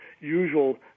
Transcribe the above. usual